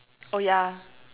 oh ya